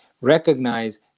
recognize